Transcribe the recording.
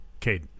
Caden